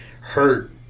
hurt